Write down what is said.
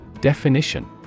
Definition